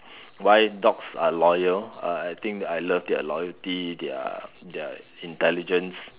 why dogs are loyal uh I think I love their loyalty their their intelligence